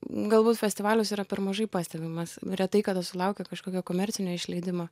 galbūt festivaliuose yra per mažai pastebimas retai kada sulaukia kažkokio komercinio išleidimo